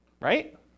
right